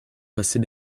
passez